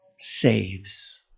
saves